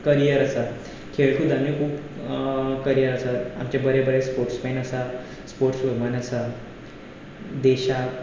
career आसा खेळकूदांतूय खूब करियर आसा आमचे बरे बरे स्पोर्ट्समॅन आसा स्पोर्ट्सवुमन आसा देशाक